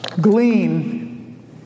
glean